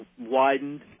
widened